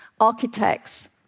architects